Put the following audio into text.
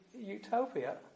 utopia